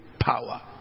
power